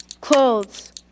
clothes